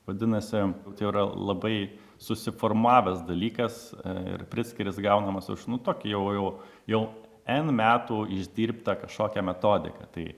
vadinasi čia yra labai susiformavęs dalykas ir prickeris gaunamas už nu tokį jau jau jau n metų išdirbtą kažkokią metodiką tai